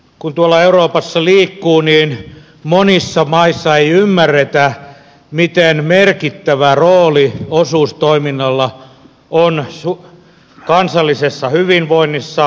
kun tuolla euroopassa liikkuu niin monissa maissa ei ymmärretä miten merkittävä rooli osuustoiminnalla on kansallisessa hyvinvoinnissamme